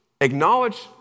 acknowledge